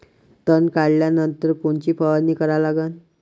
तन काढल्यानंतर कोनची फवारणी करा लागन?